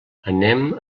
anem